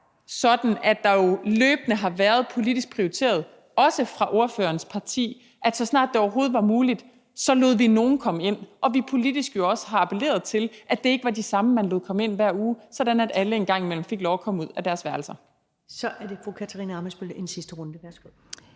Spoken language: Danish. sådan, at det løbende har været politisk prioriteret, også fra ordførerens partis side, at så snart det overhovedet var muligt, så lod vi nogle komme ind, og vi har jo også politisk appelleret til, at det ikke var de samme, man lod komme ind hver uge, sådan at alle en gang imellem fik lov at komme ud af deres værelser. Kl. 17:22 Første næstformand (Karen